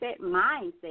mindset